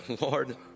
Lord